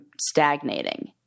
stagnating